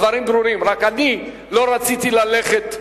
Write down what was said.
הדברים ברורים, רק אני לא רציתי ללכת,